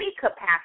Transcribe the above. capacity